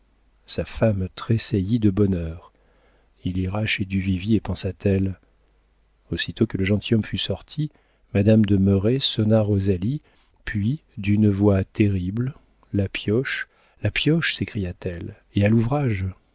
sa femme tressaillit de bonheur il ira chez duvivier pensa-t-elle aussitôt que le gentilhomme fut sorti madame de merret sonna rosalie puis d'une voix terrible la pioche la pioche s'écria-t-elle et à l'ouvrage